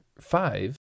five